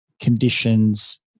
conditions